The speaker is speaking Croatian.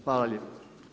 Hvala lijepo.